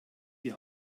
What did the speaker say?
die